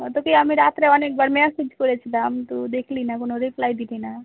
ও তোকে আমি রাত্রে অনেক বার ম্যাসেজ করেছিলাম তু দেখলি না কোনো রিপ্লাই দিলি না